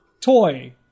Toy